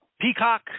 Peacock